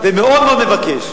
ומאוד מאוד מבקש,